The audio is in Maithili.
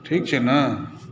ठीक छै ने